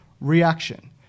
reaction